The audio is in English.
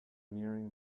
nearing